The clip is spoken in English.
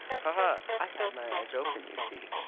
ha, ha! i've had my eyes open, you see.